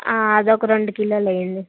అది ఒక రెండు కిలోలు వెయ్యండి